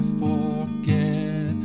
forget